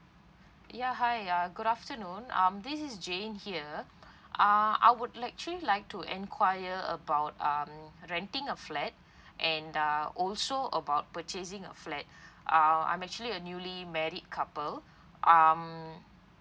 ya hi uh good afternoon um this is jane here uh I would actually like to enquire about um renting a flat and uh also about purchasing a flat uh I'm actually a newly married couple um